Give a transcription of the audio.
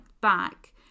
back